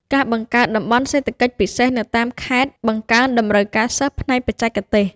ការបង្កើតតំបន់សេដ្ឋកិច្ចពិសេសនៅតាមខេត្ត បង្កើនតម្រូវការសិស្សផ្នែកបច្ចេកទេស។